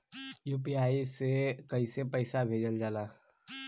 UPI से कइसे पैसा भेजल जाला?